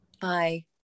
Bye